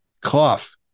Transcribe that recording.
cough